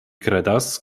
kredas